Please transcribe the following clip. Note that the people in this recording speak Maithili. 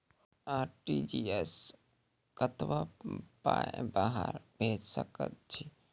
आर.टी.जी.एस सअ कतबा पाय बाहर भेज सकैत छी?